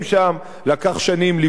לקח שנים לבנות אותם.